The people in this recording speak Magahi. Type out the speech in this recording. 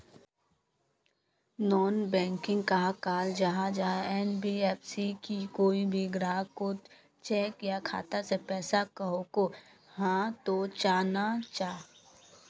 नॉन बैंकिंग कहाक कहाल जाहा जाहा एन.बी.एफ.सी की कोई भी ग्राहक कोत चेक या खाता से पैसा सकोहो, हाँ तो चाँ ना चाँ?